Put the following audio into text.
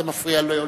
זה מפריע לו.